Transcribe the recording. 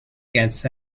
gets